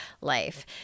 life